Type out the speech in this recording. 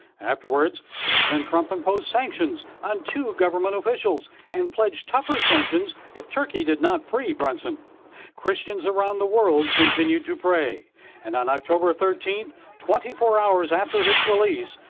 afterwards, president trump impose sanctions on to government officials and pledged tougher sanctions if turkey did not free brunson christians around the world continued to pray and on oct. thirteenth twenty four hours after his release,